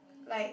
like